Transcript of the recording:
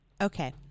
Okay